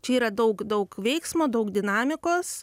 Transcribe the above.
čia yra daug daug veiksmo daug dinamikos